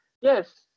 yes